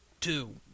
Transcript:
two